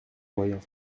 voyant